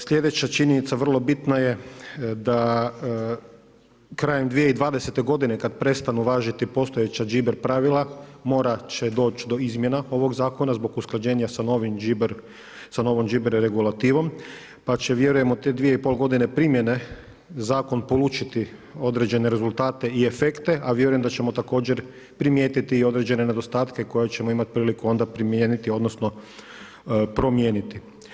Sljedeća činjenica vrlo bitna je da krajem 2020. godine kada prestanu važiti postojeća điber pravila morati će doći do izmjena ovog zakona zbog usklađenja sa novim điber, sa novom điber regulativom pa će vjerujemo te 2,5 godine primjene zakon polučiti određene rezultate i efekte a vjerujem da ćemo također primijetiti i određene nedostatke koje ćemo imati priliku onda primijeniti, odnosno promijeniti.